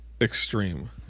extreme